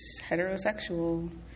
heterosexual